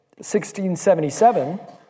1677